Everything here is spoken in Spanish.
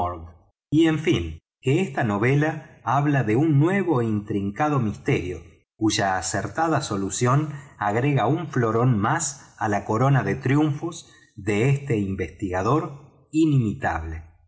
y en un que esta novela habla de un nuevo é intrincado misterio cuya acertada solución agrega un florón más la corona de triunfos do este investigador inimitable